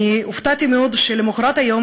אני הופתעתי מאוד כשלמחרת היום,